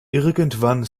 irgendwann